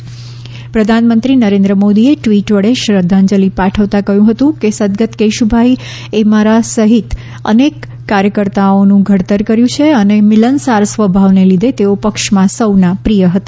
કેશુભાઈને શ્રદ્ધાંજલી પ્રધાનમંત્રી નરેન્દ્ર મોદી એ ટ્વિટ વડે શ્રદ્વાંજલી પાઠવતા કહ્યું છે કે સદગત કેશુભાઈએ મારા સહિત અનેક કાર્યકર્તાઓનું ઘડતર કર્યું છે અને મિલનસાર સ્વભાવને લીધે તેઓ પક્ષમાં સૌના પ્રિય હતા